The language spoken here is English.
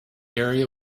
area